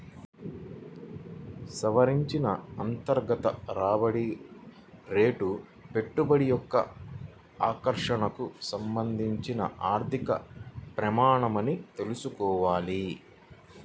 సవరించిన అంతర్గత రాబడి రేటు పెట్టుబడి యొక్క ఆకర్షణకు సంబంధించిన ఆర్థిక ప్రమాణమని తెల్సుకోవాలి